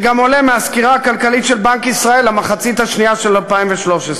זה גם עולה מהסקירה הכלכלית של בנק ישראל למחצית השנייה של 2013: